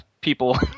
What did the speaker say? people